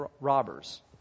robbers